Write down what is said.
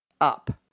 up